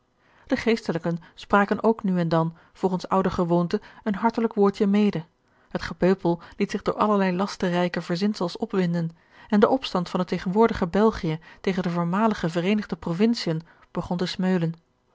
de geestelijken spraken ook nu en dan volgens oude gewoonte een hartelijk woordje mede het gepeupel liet zich door allerlei lasterrijke verzinsels opwinden en de opstand van het tegenwoordige belgië tegen de voormalige vereenigde proviciën begon te smeulen